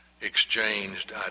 exchanged